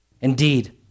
Indeed